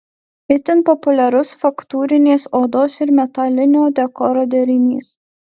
itin populiarus faktūrinės odos ir metalinio dekoro derinys